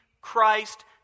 Christ